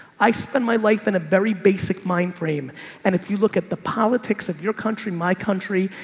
i spend my life in a very basic mind frame and if you look at the politics of your country, my country,